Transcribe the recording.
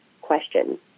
question